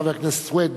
חבר הכנסת סוייד,